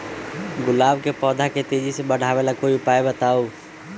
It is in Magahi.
गुलाब के पौधा के तेजी से बढ़ावे ला कोई उपाये बताउ?